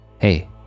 Hey